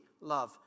love